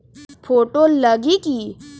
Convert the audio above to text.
Photo लगी कि?